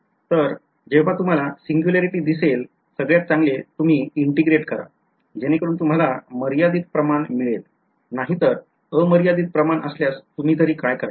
तर जेव्हा तुम्हाला सिंग्युलॅरिटी दिसेल सगळयात चांगले तुम्ही integrate करा जेणेकरून तुम्हाला मर्यादित प्रमाण मिळेल नाहीतर अमर्यादित प्रमाण असल्यास तुम्हीतरी काय करणार